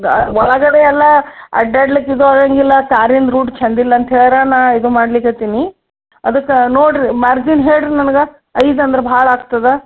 ಒಳಗಡೆ ಎಲ್ಲ ಅಡ್ಡಾಡ್ಲಿಕ್ಕೆ ಇದು ಆಗೋಂಗಿಲ್ಲ ಕಾರಿಂದು ರೂಟ್ ಚಂದ ಇಲ್ಲ ಅಂತ ಹೇಳಿ ನಾ ಇದು ಮಾಡ್ಲಿಕ್ಹತ್ತೀನಿ ಅದಕ್ಕೆ ನೋಡಿ ರೀ ಮಾರ್ಜಿನ್ ಹೇಳಿ ರೀ ನನಗೆ ಐದು ಅಂದ್ರೆ ಭಾಳ ಆಗ್ತದೆ